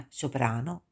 soprano